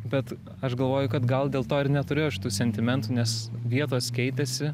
bet aš galvoju kad gal dėl to ir neturiu aš tų sentimentų nes vietos keitėsi